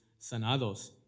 sanados